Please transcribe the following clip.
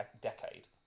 decade